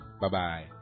Bye-bye